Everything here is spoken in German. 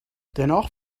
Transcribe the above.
dennoch